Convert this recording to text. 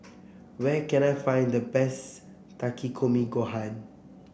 where can I find the best Takikomi Gohan